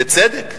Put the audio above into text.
בצדק,